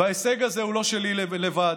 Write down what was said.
וההישג הזה הוא לא שלי לבד,